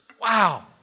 Wow